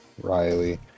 Riley